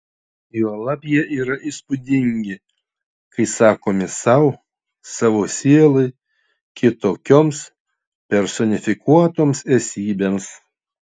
juolab jie yra įspūdingi kai sakomi sau savo sielai kitokioms personifikuotoms esybėms